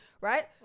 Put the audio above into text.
Right